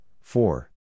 Four